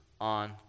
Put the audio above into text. on